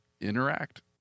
interact